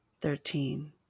Thirteen